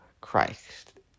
Christ